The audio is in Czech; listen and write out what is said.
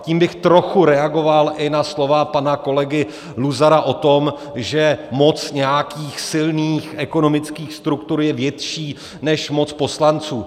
Tím bych trochu reagoval i na slova pana kolegy Luzara o tom, že moc nějakých silných ekonomických struktur je větší než moc poslanců.